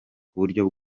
kuburyo